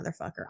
motherfucker